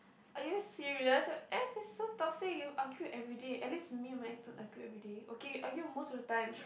are you serious your ex is so toxic you argue everyday at least me and my ex don't argue everyday okay we argue most of the time